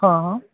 हां हां